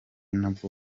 nabwo